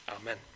Amen